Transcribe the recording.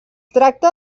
tracta